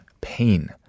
pain